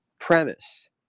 premise